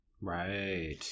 Right